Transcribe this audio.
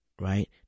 Right